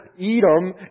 Edom